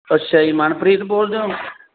ਅੱਛਾ ਜੀ ਮਨਪ੍ਰੀਤ ਬੋਲਦੇ ਹੋ